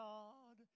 God